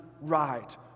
right